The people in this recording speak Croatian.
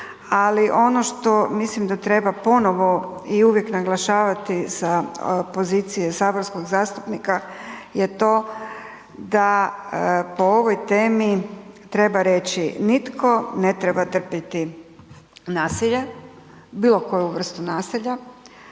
ali ono što mislim da treba ponovo i uvijek naglašavati sa pozicije saborskog zastupnika je to da po ovoj temi treba reći nitko ne treba trpjeti nasilje, bilo koju vrstu nasilja.